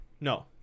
no